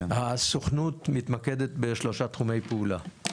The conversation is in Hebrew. הסוכנות מתמקדת בשלושה תחומי פעולה.